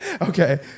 Okay